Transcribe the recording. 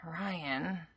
Ryan